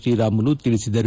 ಶ್ರೀರಾಮುಲು ತಿಳಿಸಿದರು